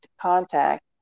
contact